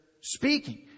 speaking